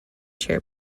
chair